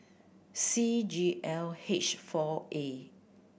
C G L H four A